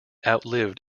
outlived